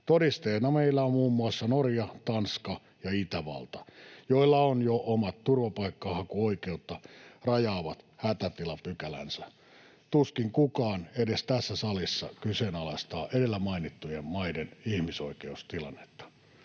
Todisteena meillä on muun muassa Norja, Tanska ja Itävalta, joilla on jo omat turvapaikanhakuoikeutta rajaavat hätätilapykälänsä. Tuskin kukaan edes tässä salissa kyseenalaistaa edellä mainittujen maiden ihmisoikeustilannetta.